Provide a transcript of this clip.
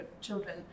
children